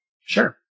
Sure